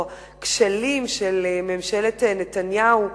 או כשלים של ממשלת נתניהו,